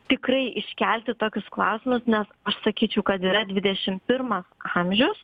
tikrai iškelti tokius klausimus nes aš sakyčiau kad yra dvidešimt pirmas amžius